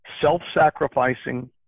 self-sacrificing